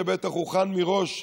שבטח הוכן מראש,